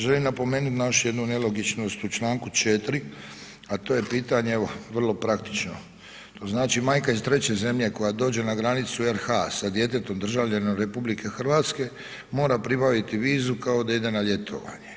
Želim napomenuti na još jednu nelogičnost u Članku 4., a to je pitanje evo vrlo praktično, to znači majka iz treće zemlje koja dođe na granicu RH sa djetetom državljaninom RH mora pribaviti vizu kao da ide na ljetovanje.